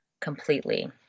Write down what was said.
completely